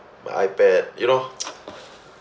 my iPad you know